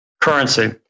currency